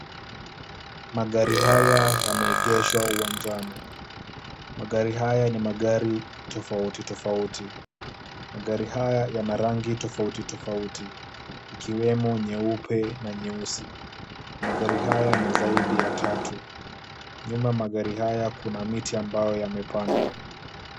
Magari haya yameegeshwa uwanjani, magari haya ni magari tofauti tofauti, magari haya yana rangi tofauti tofauti ikiwemo nyeupe na nyeusi. Magari haya ni zaidi ya tatu, nyuma ya magari haya kuna miti ambayo yamepandwa.